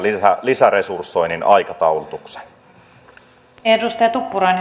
lisäresursoinnin aikataulutuksen